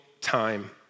time